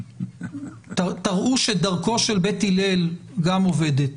תראו שדרכו של בית הלל גם עובדת.